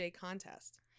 contest